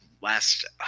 last